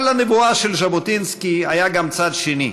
אבל לנבואה של ז'בוטינסקי היה גם צד שני: